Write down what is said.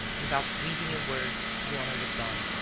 without breathing a word joanna looked on.